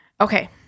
okay